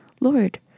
Lord